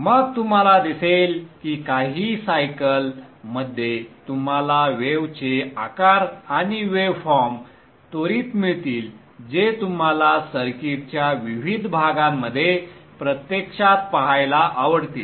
मग तुम्हाला दिसेल की काही सायकल मध्ये तुम्हाला वेवचे आकार आणि वेव फॉर्म त्वरीत मिळतील जे तुम्हाला सर्किटच्या विविध भागांमध्ये प्रत्यक्षात पाहायला आवडतील